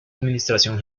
administración